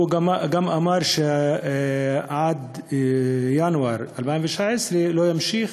הוא גם אמר שעד ינואר 2019 לא ימשיך,